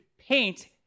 paint